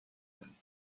کنید